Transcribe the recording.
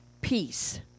peace